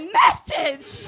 message